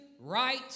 right